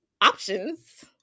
options